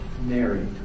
married